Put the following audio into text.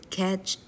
catch